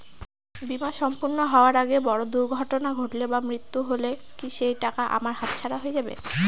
বীমা সম্পূর্ণ হওয়ার আগে বড় দুর্ঘটনা ঘটলে বা মৃত্যু হলে কি সেইটাকা আমার হাতছাড়া হয়ে যাবে?